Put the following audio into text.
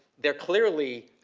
they're clearly,